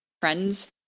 friends